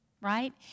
Right